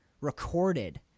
recorded